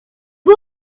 boy